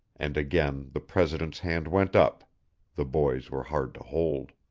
and again the president's hand went up the boys were hard to hold.